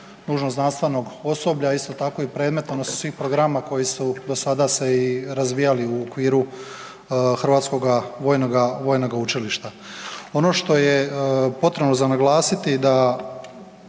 Hrvatskom vojnom učilištu.